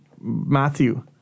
Matthew